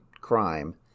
crime